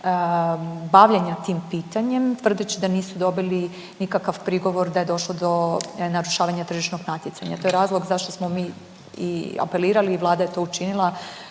bavljenja tim pitanjem tvrdeći da nisu dobili nikakav prigovor da je došlo do narušavanja tržišnog natjecanja. To je razlog zašto smo i apelirali i Vlada je to učinila